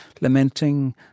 lamenting